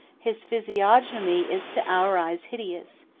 his physiognomy is to our eyes hideous,